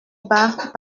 bas